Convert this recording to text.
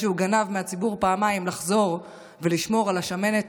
שהוא גנב מהציבור פעמיים לחזור ולשמור על השמנת